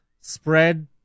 spread